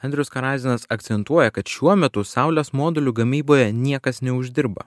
andrius karazinas akcentuoja kad šiuo metu saulės modulių gamyboje niekas neuždirba